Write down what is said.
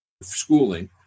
schooling